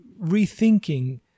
rethinking